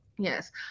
Yes